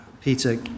Peter